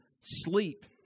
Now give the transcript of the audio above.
sleep